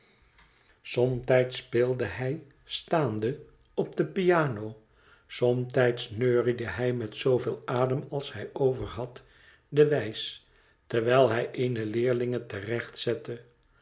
somtijds speelde hij staande op de piano somtijds neuriede hij met zooveel adem als hij overhad de wijs terwijl hij eene leerlinge te recht zette